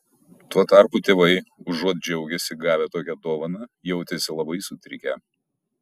tuo tarpu tėvai užuot džiaugęsi gavę tokią dovaną jautėsi labai sutrikę